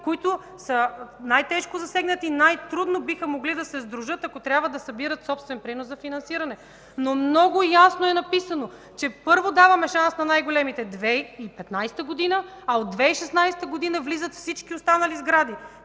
които са най-тежко засегнати, най-трудно биха могли да се сдружат, ако трябва да събират собствен принос за финансиране. Много ясно е написано, че, първо, даваме шанс на най-големите през 2015 г., от 2016 г. влизат всички останали сгради.